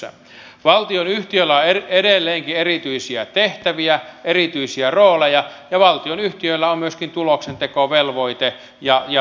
valtionyhtiöillä on edelleenkin erityisiä tehtäviä erityisiä rooleja ja valtionyhtiöillä on myöskin tuloksentekovelvoite ja tavoite